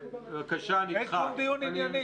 אין שום דיון ענייני.